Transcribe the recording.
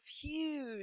huge